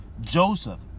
Joseph